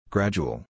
Gradual